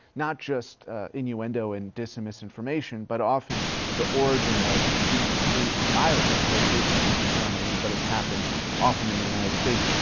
not just innuendo and dis and misinformation, but often the origin of extremists hate and violence, most recently in germany, but it's happened often in the united states.